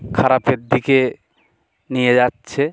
খারাপের দিকে নিয়ে যাচ্ছে